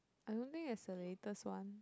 I don't think there's a latest one